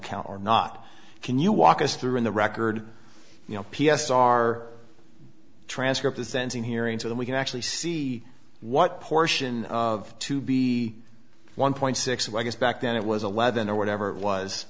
count or not can you walk us through in the record you know p s r transcript the sensing hearing so that we can actually see what portion of to be one point six and i guess back then it was eleven or whatever it was